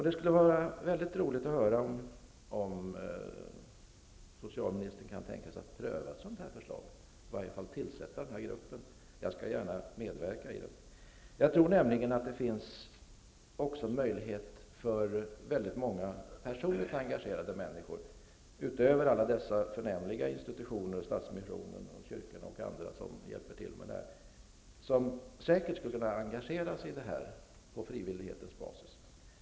Det skulle vara mycket roligt att höra om socialministern kan tänka sig att prova ett sådant här förslag, i varje fall att tillsätta en arbetsgrupp -- jag skall gärna medverka i den. Jag tror nämligen att det också finns möjlighet för många personligt engagerade människor, utanför alla dessa förnämliga institutioner, som Stadsmissionen, kyrkan och andra, att delta i detta på frivillighetens basis.